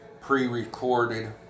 pre-recorded